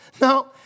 no